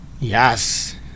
Yes